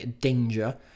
Danger